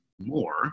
more